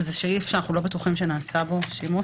שזה סעיף שאנחנו לא בטוחים שנעשה בו שימוש